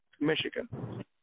Michigan